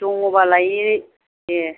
दङ बालाय दे